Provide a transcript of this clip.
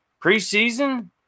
preseason